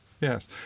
Yes